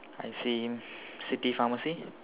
I see city pharmacy